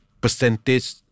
percentage